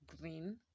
green